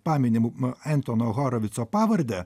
paminim entono horovitso pavardę